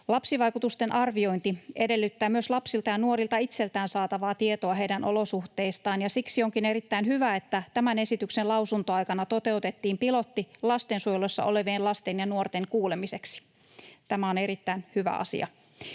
Lapsivaikutusten arviointi edellyttää myös lapsilta ja nuorilta itseltään saatavaa tietoa heidän olosuhteistaan, ja siksi onkin erittäin hyvä, että tämän esityksen lausuntoaikana toteutettiin pilotti lastensuojelussa olevien lasten ja nuorten kuulemiseksi. Tämä on erittäin hyvä asia.